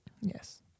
Yes